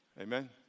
Amen